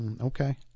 okay